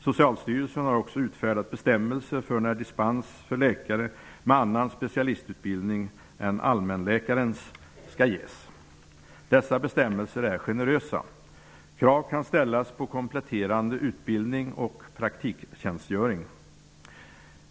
Socialstyrelsen har också utfärdat bestämmelser för när dispens för läkare med annan specialistutbildning än allmänläkarens skall ges. Dessa bestämmelser är generösa. Krav kan ställas på kompletterande utbildning och praktiktjänstgöring.